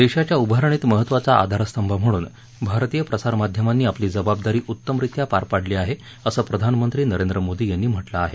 देशाच्या उभारणीत महत्वाचा आधारस्तंभ म्हणून भारतीय प्रसारमाध्यमांनी आपली जबाबदारी उत्तमरित्या पार पाडली आहे असं प्रधानमंत्री नरेंद्र मोदी यांनी म्हटलं आहे